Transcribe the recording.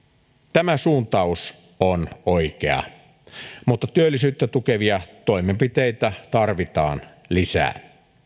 tämä suuntaus on oikea mutta työllisyyttä tukevia toimenpiteitä tarvitaan lisää